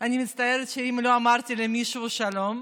ואני מצטערת אם לא אמרתי למישהו שלום,